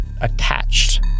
attached